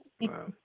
Wow